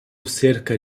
cerca